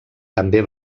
també